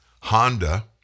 Honda